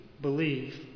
believe